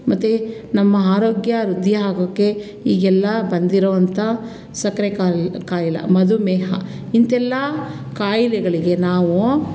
ಮತ್ತು ನಮ್ಮ ಆರೋಗ್ಯ ವೃದ್ಧಿ ಆಗೋಕ್ಕೆ ಈಗೆಲ್ಲ ಬಂದಿರುವಂಥ ಸಕ್ಕರೆ ಕಾಯ್ಲೆ ಕಾಯ್ಲೆ ಮಧುಮೇಹ ಇಂತೆಲ್ಲ ಕಾಯಿಲೆಗಳಿಗೆ ನಾವು